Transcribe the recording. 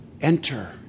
enter